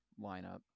lineup